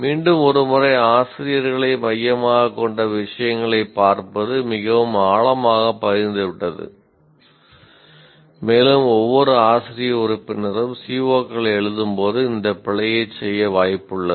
மீண்டும் ஒரு முறை ஆசிரியர்களை மையமாகக் கொண்ட விஷயங்களைப் பார்ப்பது மிகவும் ஆழமாகப் பதிந்துவிட்டது மேலும் ஒவ்வொரு ஆசிரிய உறுப்பினரும் சிஓக்களை எழுதும் போது இந்த பிழையைச் செய்ய வாய்ப்புள்ளது